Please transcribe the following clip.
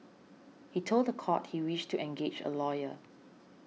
he told the court he wished to engage a lawyer